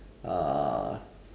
uh